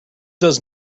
does